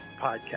Podcast